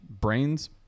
Brains